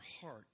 heart